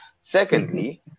Secondly